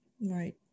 Right